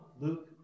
Luke